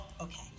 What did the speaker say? Okay